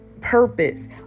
purpose